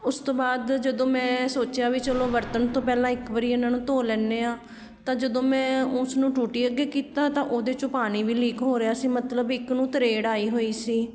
ਉਸ ਤੋਂ ਬਾਅਦ ਜਦੋਂ ਮੈਂ ਸੋਚਿਆ ਵੀ ਚਲੋ ਵਰਤਣ ਤੋਂ ਪਹਿਲਾਂ ਇੱਕ ਵਾਰੀ ਇਹਨਾਂ ਨੂੰ ਧੋ ਲੈਂਦੇ ਹਾਂ ਤਾਂ ਜਦੋਂ ਮੈਂ ਉਸ ਨੂੰ ਟੂਟੀ ਅੱਗੇ ਕੀਤਾ ਤਾਂ ਉਹਦੇ 'ਚੋਂ ਪਾਣੀ ਵੀ ਲੀਕ ਹੋ ਰਿਹਾ ਸੀ ਮਤਲਬ ਇੱਕ ਨੂੰ ਤਰੇੜ ਆਈ ਹੋਈ ਸੀ